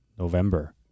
November